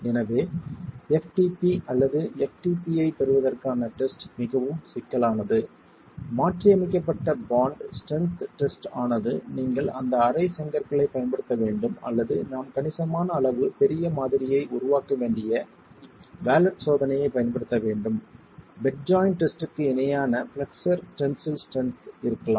எனவே ftp அல்லது ftp ஐப் பெறுவதற்கான டெஸ்ட் மிகவும் சிக்கலானது மாற்றியமைக்கப்பட்ட பாண்ட் ஸ்ட்ரென்த் டெஸ்ட் ஆனது நீங்கள் அந்த அரை செங்கற்களைப் பயன்படுத்த வேண்டும் அல்லது நாம் கணிசமான அளவு பெரிய மாதிரியை உருவாக்க வேண்டிய வாலட் சோதனையைப் பயன்படுத்த வேண்டும் பெட் ஜாய்ண்ட் டெஸ்ட்க்கு இணையான பிளெக்ஸ்ஸர் டென்சில் ஸ்ட்ரென்த் இருக்கலாம்